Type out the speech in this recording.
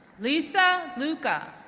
lisa luka,